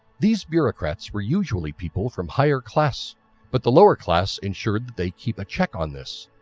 these bureaucrats were usually people from higher class but the lower class ensured that they keep a check on this.